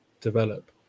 develop